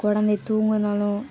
குழந்தை தூங்கினாலும்